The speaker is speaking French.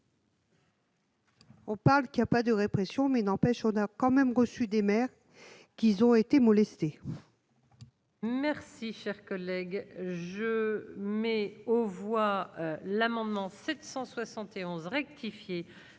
Au parle il y a pas de répression mais n'empêche, on a quand même reçu des maires qu'ils ont été molestés. Merci, cher collègue, je mets aux voix l'amendement 771 rectifié